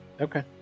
Okay